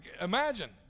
imagine